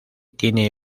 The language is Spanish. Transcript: tiene